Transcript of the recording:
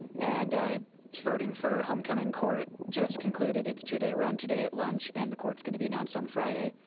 and voting for homecoming court just concluded it's two day run today at lunch. and the court's gonna be announced on friday.